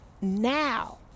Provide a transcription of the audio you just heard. now